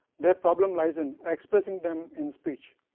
their problem lies in expressing them in speech.